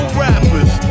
rappers